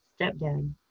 stepdad